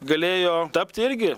galėjo tapti irgi